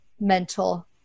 mental